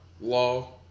law